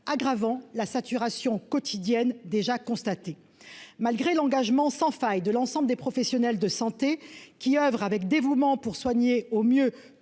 aggravant la saturation quotidienne déjà constaté malgré l'engagement sans faille de l'ensemble des professionnels de santé qui oeuvrent avec dévouement pour soigner au mieux